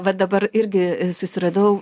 va dabar irgi susiradau